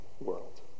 world